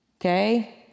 okay